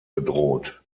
bedroht